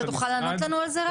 אתה תוכל לענות לנו על זה רק?